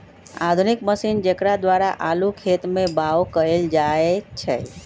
आधुनिक मशीन जेकरा द्वारा आलू खेत में बाओ कएल जाए छै